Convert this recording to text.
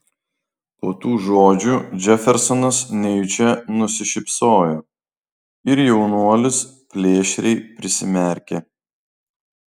po tų žodžių džefersonas nejučia nusišypsojo ir jaunuolis plėšriai prisimerkė